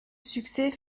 succès